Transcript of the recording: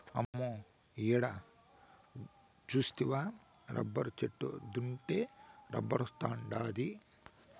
అమ్మో ఈడ సూస్తివా రబ్బరు చెట్టు దీన్నుండే రబ్బరొస్తాండాది